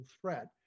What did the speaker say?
threat